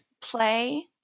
play